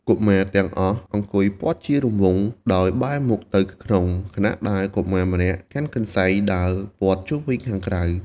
កុមារទាំងអស់អង្គុយព័ទ្ធជារង្វង់ដោយបែរមុខទៅក្នុង ខណៈដែលកុមារម្នាក់កាន់កន្សែងដើរព័ទ្ធជុំវិញខាងក្រៅ។